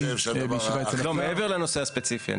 מעבר לנושא הספציפי.